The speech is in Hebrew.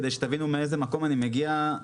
כדי שתבינו מאיזה מקום אני מגיע.